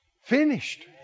finished